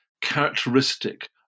characteristic